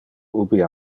ubi